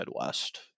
midwest